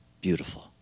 beautiful